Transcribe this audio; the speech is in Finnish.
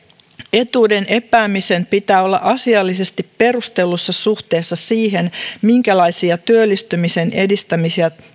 etuuden epäämisen pitää olla asiallisesti perustellussa suhteessa siihen minkälaisia työllistymisen edistämistä